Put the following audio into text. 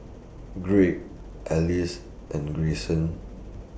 Gregg Alease and Grayson